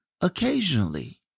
occasionally